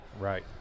Right